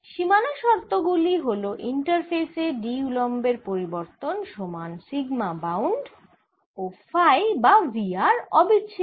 সীমানা শর্ত গুলি হল ইন্টারফেসে D উলম্বের পরিবর্তন সমান সিগমা বাউন্ড ও ফাই বা V r অবিচ্ছিন্ন